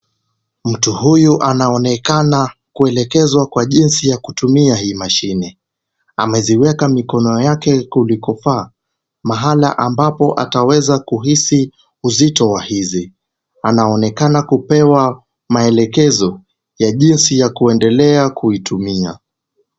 Mtu huyu anaonekana kuelekezwa kwa jinsi ya kutumia hii mashine. Ameziweka mikono yake kulikofaa mahala ambapo ataweza kuhisi uzito wa hizi. Anaonekana kupewa maelekezo ya jinsi ya kuendelea kuitumia.